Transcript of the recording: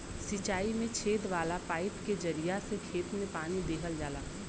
सिंचाई में छेद वाला पाईप के जरिया से खेत में पानी देहल जाला